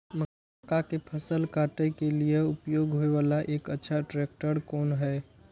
मक्का के फसल काटय के लिए उपयोग होय वाला एक अच्छा ट्रैक्टर कोन हय?